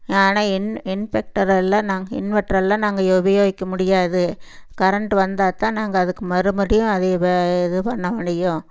ஆனால் இன்வெர்ட்டரெல்லாம் நாங்கள் இன்வெர்ட்டரெல்லாம் நாங்கள் உபயோகிக்க முடியாது கரண்ட் வந்தால் தான் நாங்கள் அதுக்கு மறுபடியும் அதை இது பண்ண முடியும்